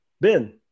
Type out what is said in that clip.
Ben